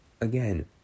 again